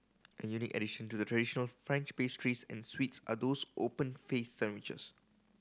a unique addition to the traditional French pastries and sweets are those open faced sandwiches